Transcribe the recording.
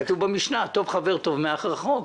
כתוב במשנה: "טוב חבר טוב מאח רחוק".